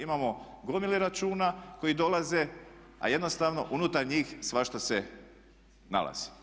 Imamo gomile računa koji dolaze, a jednostavno unutar njih svašta se nalazi.